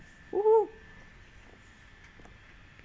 !woohoo!